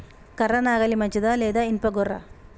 కర్ర నాగలి మంచిదా లేదా? ఇనుప గొర్ర?